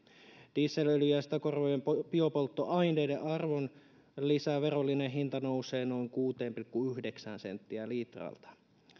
dieselöljyn ja ja sitä korvaavien biopolttoaineiden arvonlisäverollinen hinta nousee noin kuuteen pilkku yhdeksään senttiin litralta